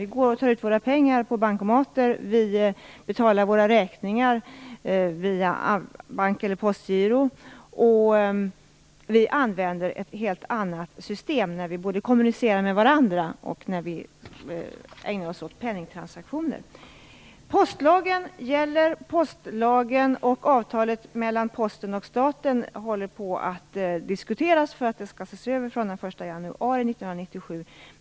Vi tar ut våra pengar på bankomater, vi betalar våra räkningar via bank eller postgiro och vi använder ett helt annat system, både när vi kommunicerar med varandra och när vi ägnar oss åt penningtransaktioner. Postlagen gäller, och avtalet mellan Posten och staten håller på att diskuteras, då det skall ses över från den 1 januari 1997.